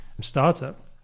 startup